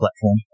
platform